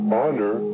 honor